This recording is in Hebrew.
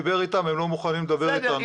הוא דיבר איתם, הם לא מוכנים לדבר איתנו.